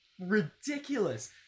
ridiculous